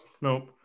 nope